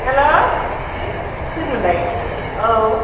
हेल' सोरमोनलाय औ